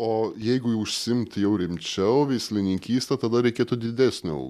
o jeigu jau užsiimti jau rimčiau veislininkyste tada reikėtų didesnio